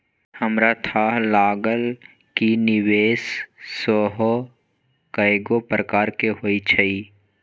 हमरा थाह लागल कि निवेश सेहो कएगो प्रकार के होइ छइ